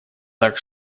так